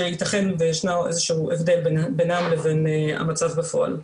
שייתכן וישנו איזה שהוא הבדל בינם לבין המצב בפועל.